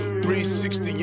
360